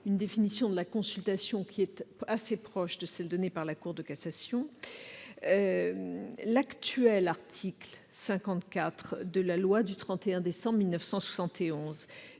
une définition de la consultation juridique qui est assez proche de celle qu'en a donnée la Cour de cassation. L'actuel article 54 de la loi du 31 décembre 1971